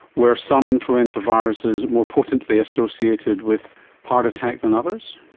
were some influenza viruses more potently associated with heart attack than others?